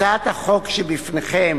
הצעת החוק שבפניכם,